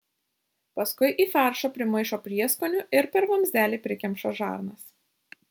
paskui į faršą primaišo prieskonių ir per vamzdelį prikemša žarnas